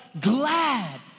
glad